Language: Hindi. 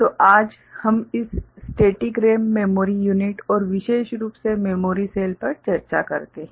तो आज हम इस स्टेटिक रैम मेमोरी यूनिट और विशेष रूप से मेमोरी सेल पर चर्चा करते हैं